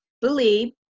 believe